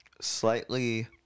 slightly